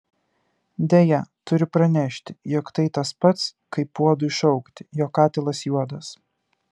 deja turiu pranešti jog tai tas pats kaip puodui šaukti jog katilas juodas